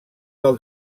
del